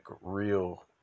real